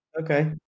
okay